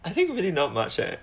I think really not much eh